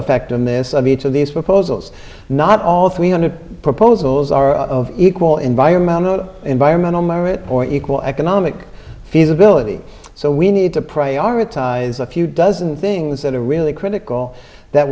effectiveness of each of these proposals not all three hundred proposals are of equal environmental environmental merit or equal economic feasibility so we need to prioritize a few dozen things that are really critical that